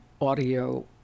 audio